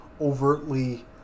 overtly